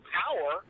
power